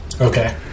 okay